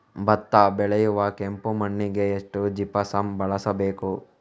ಭತ್ತ ಬೆಳೆಯುವ ಕೆಂಪು ಮಣ್ಣಿಗೆ ಎಷ್ಟು ಜಿಪ್ಸಮ್ ಬಳಸಬೇಕು?